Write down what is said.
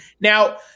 Now